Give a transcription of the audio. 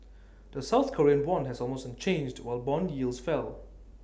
the south Korean won was almost unchanged while Bond yields fell